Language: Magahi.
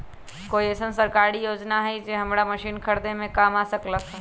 कोइ अईसन सरकारी योजना हई जे हमरा मशीन खरीदे में काम आ सकलक ह?